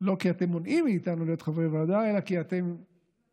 לא כי אתם מונעים מאיתנו להיות חברי ועדה אלא כי אתם נקטתם